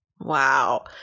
Wow